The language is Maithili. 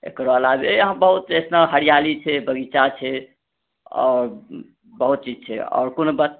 एकरा अलावा बहुत ऐसनो हरियाली छै बगीचा छै आओर बहुत चीज छै आओर कोनो बच्चा